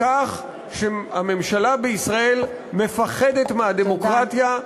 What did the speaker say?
בכך שהממשלה בישראל מפחדת מהדמוקרטיה, תודה.